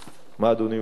מה אדוני מבקש?